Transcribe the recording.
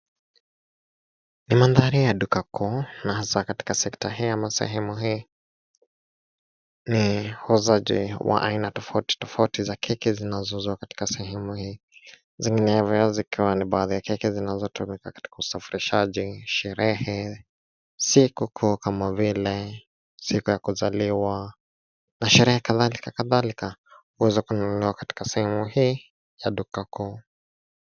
Ni mandhari ya duka kuu na haswa katika sekta hii ama sehemu hii ni uuzaji wa aina tofauti tofauti za keki zinazouzwa katika sehemu hii. Zinginevyo zikiwa ni baadhi ya keki zinazotumika katika sherehe na sikukuu kama siku ya kuzaliwa na sherehe kadhalika kadhalika huweza kununuliwa katika sehemu hii ya duka kuu.